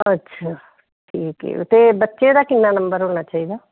ਅੱਛਾ ਠੀਕ ਆ ਅਤੇ ਬੱਚੇ ਦਾ ਕਿੰਨਾ ਨੰਬਰ ਹੋਣਾ ਚਾਹੀਦਾ